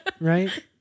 Right